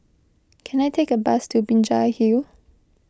can I take a bus to Binjai Hill